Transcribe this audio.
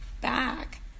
back